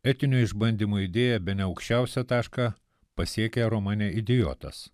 etinio išbandymo idėja bene aukščiausią tašką pasiekė romane idiotas